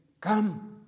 Come